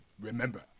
remember